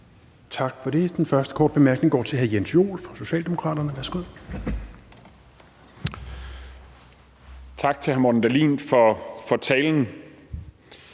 Tak for det. Den første korte bemærkning går til hr. Jens Joel fra Socialdemokraterne. Værsgo. Kl. 16:40 Jens Joel (S): Tak til hr. Morten Dahlin for talen.